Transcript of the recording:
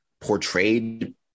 portrayed